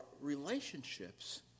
relationships